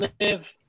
Live